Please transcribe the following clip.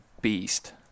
beast